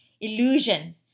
illusion